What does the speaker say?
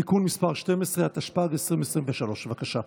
(תיקון מס' 12), התשפ"ג 2023. בבקשה.